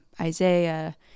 Isaiah